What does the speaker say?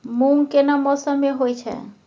मूंग केना मौसम में होय छै?